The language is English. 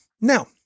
Now